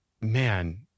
man